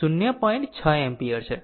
6 ampere છે